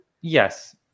Yes